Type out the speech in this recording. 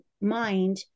mind